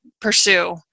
pursue